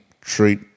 treat